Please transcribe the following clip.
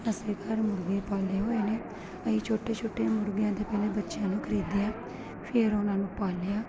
ਅਸੀਂ ਘਰ ਮੁਰਗੇ ਪਾਲੇ ਹੋਏ ਨੇ ਅਸੀਂ ਛੋਟੇ ਛੋਟੇ ਮੁਰਗਿਆਂ ਦੇ ਪਹਿਲੇ ਬੱਚਿਆਂ ਨੂੰ ਖਰੀਦਿਆ ਫਿਰ ਉਹਨਾਂ ਨੂੰ ਪਾਲਿਆ